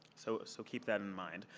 so so keep that in mind.